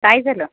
काय झालं